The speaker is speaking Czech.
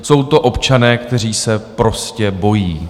Jsou to občané, kteří se prostě bojí.